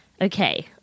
Okay